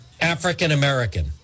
African-American